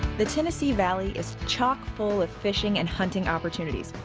the tennessee valley is chock-full of fishing and hunting opportunities,